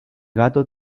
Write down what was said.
gato